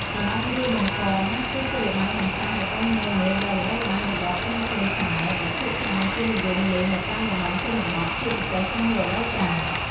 ល្បែងរាវបង្កង គឺជាល្បែងកម្សាន្តប្រពៃណីមួយដ៏ល្បីល្បាញរបស់ក្មេងៗខ្មែរ ដែលភាគច្រើនគេនិយមលេងនៅតាមតំបន់ជនបទ ជាពិសេសក្នុងរដូវប្រាំង។